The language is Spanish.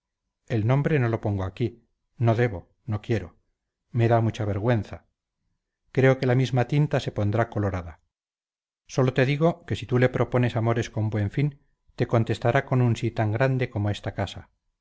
el nombre no lo pongo aquí no debo no quiero me da mucha vergüenza creo que la misma tinta se pondrá colorada sólo te digo que si tú le propones amores con buen fin te contestará con un sí tan grande como esta casa